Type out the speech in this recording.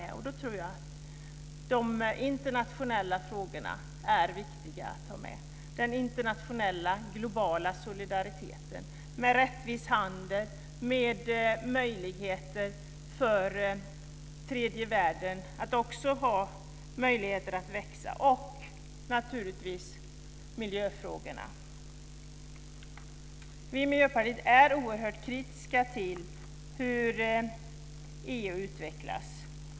De internationella frågorna är då viktiga att ta med, den internationella globala solidariteten med rättvis handel, med möjligheter för tredje världen att växa och naturligtvis miljöfrågorna. Vi i Miljöpartiet är oerhört kritiska till hur EU utvecklas.